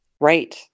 Right